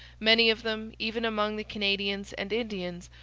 many of them, even among the canadians and indians,